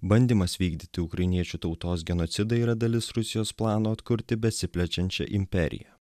bandymas vykdyti ukrainiečių tautos genocidą yra dalis rusijos plano atkurti besiplečiančią imperiją